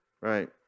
Right